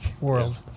world